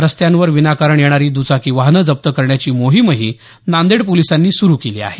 रस्त्यांवर विनाकारण येणारी द्वचाकी वाहनं जप्त करण्याची मोहीमही नांदेड पोलिसांनी सुरू केली आहे